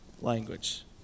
language